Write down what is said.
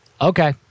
Okay